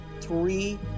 three